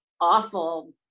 awful